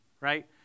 right